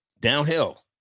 downhill